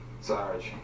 Sorry